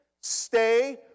stay